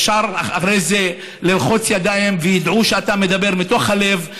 אפשר אחרי זה ללחוץ ידיים וידעו שאתה מדבר מתוך הלב,